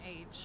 age